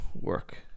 work